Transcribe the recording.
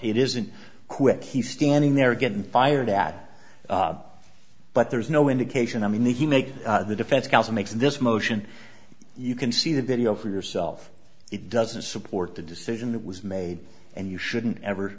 it isn't quick he's standing there getting fired at but there's no indication i mean if you make the defense counsel makes this motion you can see the video for yourself it doesn't support the decision that was made and you shouldn't ever